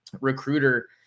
recruiter